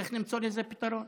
צריך למצוא לזה פתרון.